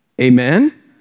Amen